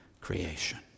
creation